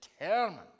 determined